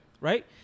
Right